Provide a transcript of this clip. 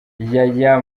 yaya